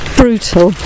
brutal